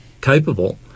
capable